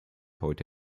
heute